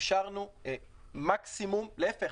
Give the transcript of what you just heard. מקסימום להיפך,